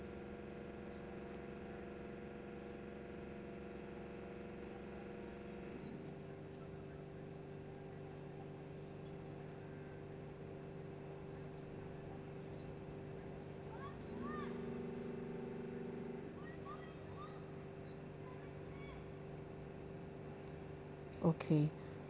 okay